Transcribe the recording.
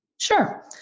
Sure